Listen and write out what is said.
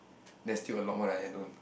there's still a lot more that I don't